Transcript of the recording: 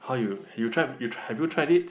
how you you tried you tried have you tried it